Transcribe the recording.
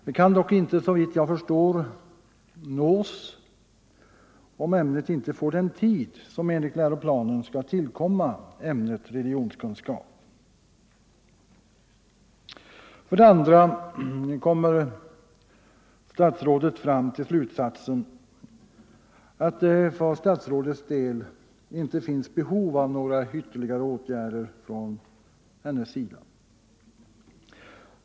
Den kan dock inte — såvitt jag förstår — nås, om ämnet inte får den tid som enligt läroplanen skall tillkomma ämnet religionskunskap. För det andra kommer statsrådet fram till slutsatsen att det inte finns behov av några ytterligare åtgärder från hennes sida.